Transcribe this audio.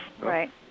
Right